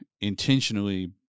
intentionally